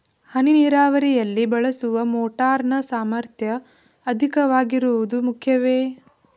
ಹನಿ ನೀರಾವರಿಯಲ್ಲಿ ಬಳಸುವ ಮೋಟಾರ್ ನ ಸಾಮರ್ಥ್ಯ ಅಧಿಕವಾಗಿರುವುದು ಮುಖ್ಯವೇ?